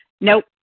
Nope